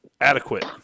adequate